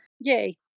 Yay